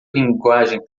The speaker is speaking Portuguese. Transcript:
linguagem